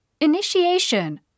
Initiation